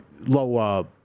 low –